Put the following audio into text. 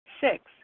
Six